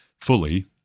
fully